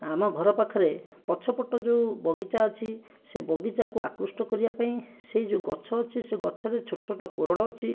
ଆମ ଘର ପାଖରେ ପଛପଟୁ ଯେଉଁ ବଗିଚା ଅଛି ସେ ବଗିଚାକୁ ଆକୃଷ୍ଟ କରିବାପାଇଁ ସେଇ ଯେଉଁ ଗଛ ଅଛି ସେ ଗଛରେ ଛୋଟ ଛୋଟ କୋରଡ଼ ଅଛି